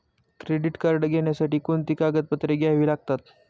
Credit card घेण्यासाठी कोणती कागदपत्रे घ्यावी लागतात?